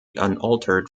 unaltered